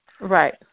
Right